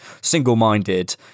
single-minded